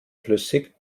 flüssig